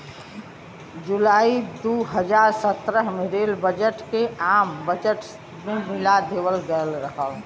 जुलाई दू हज़ार सत्रह में रेल बजट के आम बजट में मिला देवल गयल रहल